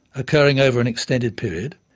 occurring over an extended period.